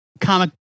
comic